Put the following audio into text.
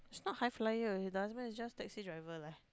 she not high flyer the husband is just taxi driver leh